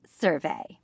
survey